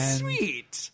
sweet